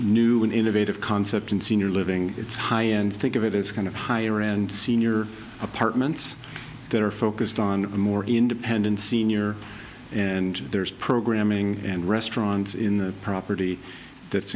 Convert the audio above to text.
new and innovative concept in senior living it's high end think of it it's kind of higher and senior apartments that are focused on a more independent sr and there's programming and restaurants in property that's